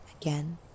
again